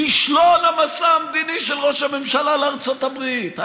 כישלון המסע המדיני של ראש הממשלה לארצות הברית,